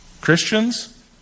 Christians